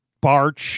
Barch